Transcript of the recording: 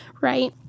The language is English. right